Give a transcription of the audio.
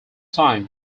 time